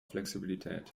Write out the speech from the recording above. flexibilität